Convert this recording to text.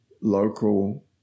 local